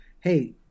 hey